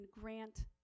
grant